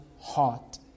heart